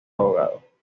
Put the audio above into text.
abogado